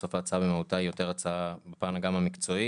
בסוף ההצעה במהותה היא יותר בתחום שלהם בפן המקצועי.